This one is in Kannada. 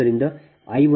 u